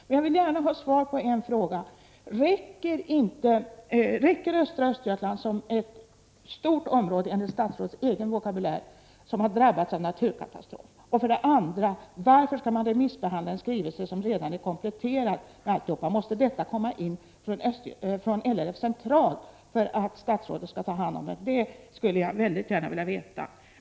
Men jag vill gärna ha svar på mina frågor: Är östra Östergötland ett tillräckligt stort område, enligt statsrådets egen vokabulär, som har drabbats av naturkatastrof? Och varför skall man remissbehandla en skrivelse som redan är komplett? Prot. 1988/89:36 Måste detta material komma in från LRF centralt för att statsrådet skall ta 1 december 1988 hand om det? Det skulle jag väldigt gärna vilja veta.